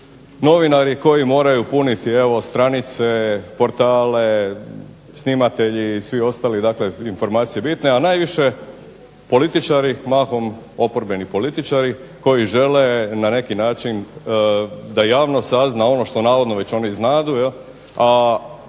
Novinari koji moraju puniti stranice, portale, snimatelji, svi ostali informacije bitne, a najviše političari, mahom oporbeni političari koji žele na neki način da javnost sazna ono što oni navodno već znadu, a ne bili